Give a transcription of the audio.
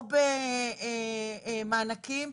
או במענקים,